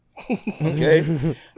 okay